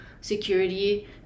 security